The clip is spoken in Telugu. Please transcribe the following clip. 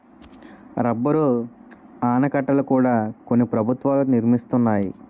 రబ్బరు ఆనకట్టల కూడా కొన్ని ప్రభుత్వాలు నిర్మిస్తున్నాయి